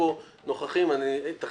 באיזה סעיף?